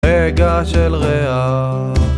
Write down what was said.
רגע של ריאה